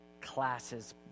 classes